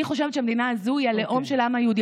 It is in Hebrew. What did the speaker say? אני חושבת שהמדינה הזו היא מדינת הלאום של העם היהודי,